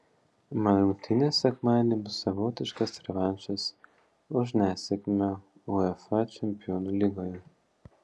man rungtynės sekmadienį bus savotiškas revanšas už nesėkmę uefa čempionų lygoje